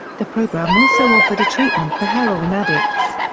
the program also offered a treatment for heroin addicts.